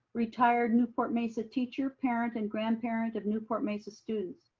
retired newport-mesa teacher, parent, and grandparent of newport-mesa students.